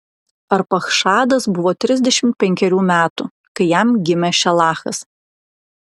arpachšadas buvo trisdešimt penkerių metų kai jam gimė šelachas